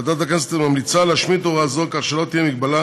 ועדת הכנסת ממליצה להשמיט הוראה זו כך שלא תהיה הגבלה